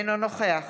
אינו נוכח